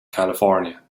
california